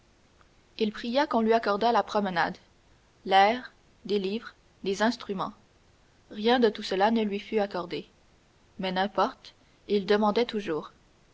il pria qu'on lui accordât la promenade l'air des livres des instruments rien de tout cela ne lui fut accordé mais n'importe il demandait toujours